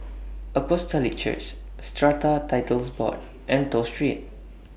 Apostolic Church Strata Titles Board and Toh Street